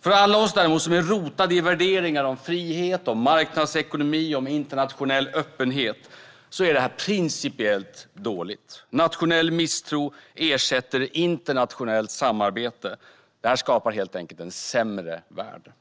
För alla oss som däremot är rotade i värderingar om frihet, marknadsekonomi och internationell öppenhet är detta principiellt dåligt. Nationell misstro ersätter internationellt samarbete. Det skapar helt enkelt en sämre värld.